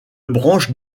branche